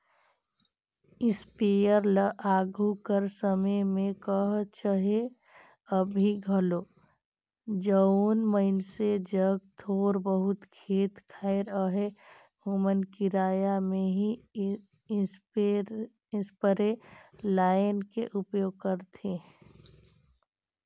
sprayer ल आघु कर समे में कह चहे अभीं घलो जउन मइनसे जग थोर बहुत खेत खाएर अहे ओमन किराया में ही इस्परे लाएन के उपयोग करथे